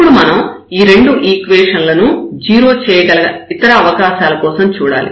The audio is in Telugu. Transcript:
ఇప్పుడు మనం ఈ రెండు ఈక్వేషన్ లను 0 చేయగల ఇతర అవకాశాల కోసం చూడాలి